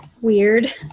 weird